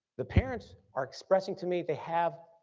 the parents are expressing to me they have,